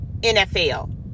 NFL